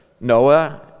Noah